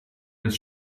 des